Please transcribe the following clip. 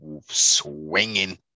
swinging